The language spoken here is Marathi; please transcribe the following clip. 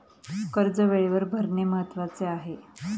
कर्ज वेळेवर भरणे महत्वाचे आहे